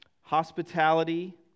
hospitality